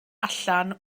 allan